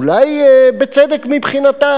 אולי בצדק מבחינתה,